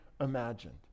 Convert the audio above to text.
imagined